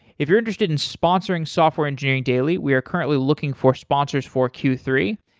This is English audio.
if you're interested in sponsoring software engineering daily, we are currently looking for sponsors for q three,